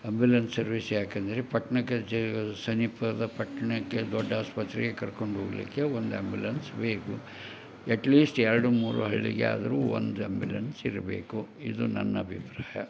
ambulance service ಯಾಕಂದರೆ ಪಟ್ಟಣಕ್ಕೆ ಜಾಗದ ಸಮೀಪದ ಪಟ್ಟಣಕ್ಕೆ ದೊಡ್ಡ ಆಸ್ಪತ್ರೆಗೆ ಕರ್ಕೊಂಡು ಹೋಗಲಿಕ್ಕೆ ಒಂದು ಆ್ಯಂಬ್ಯುಲೆನ್ಸ್ ಬೇಕು ಎಟ್ಲೀಶ್ಟ್ ಎರಡು ಮೂರು ಹಳ್ಳಿಗೆ ಆದರೂ ಒಂದು ಆ್ಯಂಬ್ಯುಲೆನ್ಸ್ ಇರಬೇಕು ಇದು ನನ್ನ ಅಭಿಪ್ರಾಯ